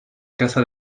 casa